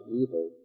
evil